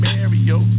Mario